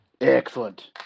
Excellent